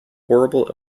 horrible